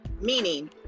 meaning